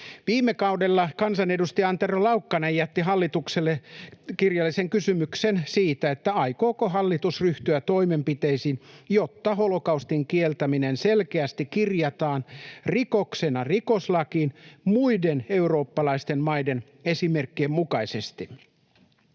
Viime kaudella kansanedustaja Antero Laukkanen jätti hallitukselle kirjallisen kysymyksen siitä, aikooko hallitus ryhtyä toimenpiteisiin, jotta holokaustin kieltäminen selkeästi kirjataan rikoksena rikoslakiin muiden eurooppalaisten maiden esimerkkien mukaisesti.